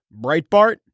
Breitbart